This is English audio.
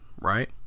right